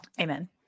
Amen